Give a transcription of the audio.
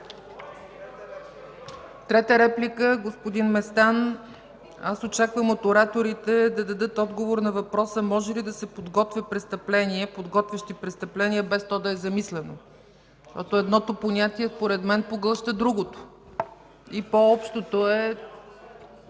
Трета реплика – господин Местан. Аз очаквам от ораторите да дадат отговор на въпроса: може ли да се подготвя престъпление, без то да е замислено? Защото едното понятие според мен поглъща другото, и по-общото е...